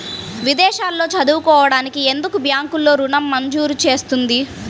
విదేశాల్లో చదువుకోవడానికి ఎందుకు బ్యాంక్లలో ఋణం మంజూరు చేస్తుంది?